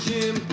Jim